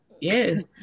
Yes